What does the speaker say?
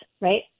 right